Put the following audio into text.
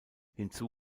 hinzu